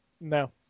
No